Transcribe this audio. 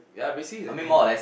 ya basically I think